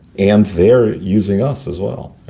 and they're using us as well.